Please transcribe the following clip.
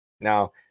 now